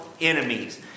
enemies